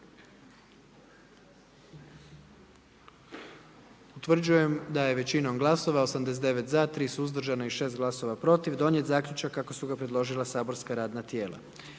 Utvrđujem da je većinom glasova, 78 za, 13 suzdržanih i 10 protiv donijet zaključak kako su predložila saborska radna tijela.